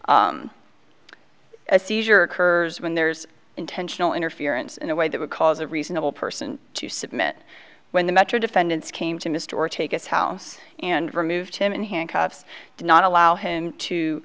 a seizure occurs when there's intentional interference in a way that would cause a reasonable person to submit when the metro defendants came to mr or take his house and removed him in handcuffs did not allow him to